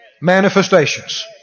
manifestations